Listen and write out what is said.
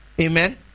Amen